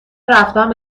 رفتن